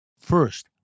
First